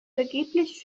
vergeblich